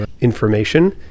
information